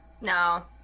No